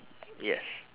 yes